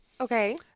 Okay